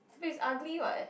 but is ugly [what]